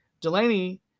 Delaney